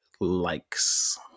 likes